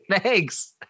Thanks